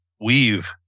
weave